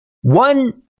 one